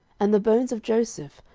and the bones of joseph,